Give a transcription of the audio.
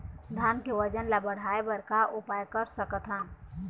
धान के वजन ला बढ़ाएं बर का उपाय कर सकथन?